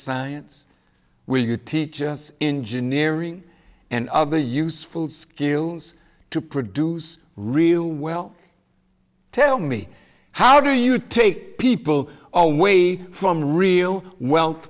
science will you teach us engineering and other useful skills to produce real well tell me how do you take people away from real wealth